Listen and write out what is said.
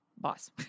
boss